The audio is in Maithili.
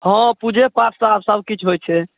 हाँ पूजे पाठ सँ आब सभकिछु होइ छै